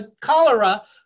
cholera